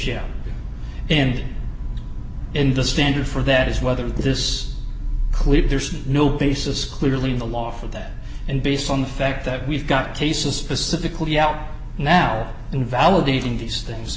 asia and in the standard for that is whether this clip there's no basis clearly in the law for that and based on the fact that we've got cases specifically out now in validating these things